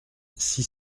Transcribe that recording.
six